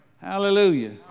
Hallelujah